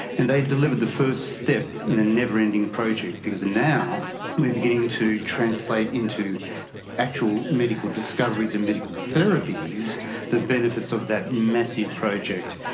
and they delivered the first step in a never-ending project, because now we are beginning to translate into actual medical discoveries and medical therapies the benefits of that massive project.